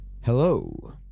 Hello